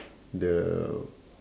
the